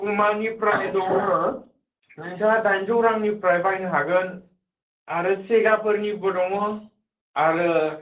पुमानिफ्राय दङ नोंसा दाइनजौ रांनिफ्राय बायनो हागोन आरो सेगाफोरनिबो दङ आरो